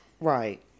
Right